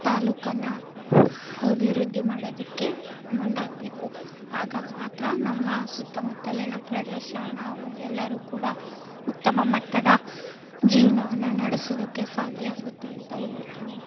ತಾಲ್ಲೂಕನ್ನು ಅಭಿವೃದ್ಧಿ ಮಾಡೋದಕ್ಕೆ ಮುಂದಾಗಬೇಕು ಆಗ ಮಾತ್ರ ನಮ್ಮ ಸುತ್ತಮುತ್ತಲಿನ ಪ್ರದೇಶ ನಾವು ಎಲ್ಲರೂ ಕೂಡ ಉತ್ತಮ ಮಟ್ಟದ ಜೀವನವನ್ನ ನಡೆಸುವುದಕ್ಕೆ ಸಾಧ್ಯ ಆಗುತ್ತೆ ಅಂತ ಹೇಳ್ತೀನಿ